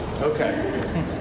Okay